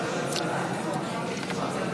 בעמ'